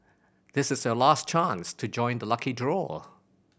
this is your last chance to join the lucky draw